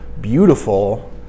beautiful